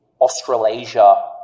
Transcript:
Australasia